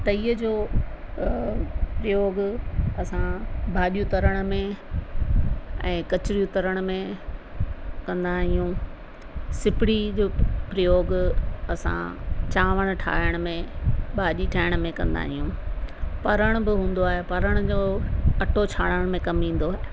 तईअ जो प्रयोग असां भाॼियूं तरण में ऐं कचरियूं तरण में कंदा आहियूं सिपड़ी जो प्रयोग असां चांवर ठाहिण में भाॼी ठाहिण में कंदा आहियूं परण बि हूंदो आए परण जो अटो छाणण में कमु ईंदो आहे